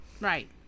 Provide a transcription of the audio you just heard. right